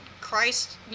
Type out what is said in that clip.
Christ